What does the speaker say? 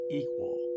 equal